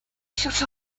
shut